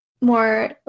more